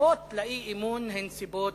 הסיבות לאי-אמון הן סיבות